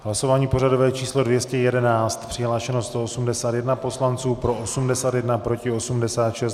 V hlasování pořadové číslo 211 přihlášeno 181 poslanců, pro 81, proti 86.